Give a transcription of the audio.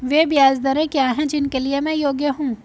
वे ब्याज दरें क्या हैं जिनके लिए मैं योग्य हूँ?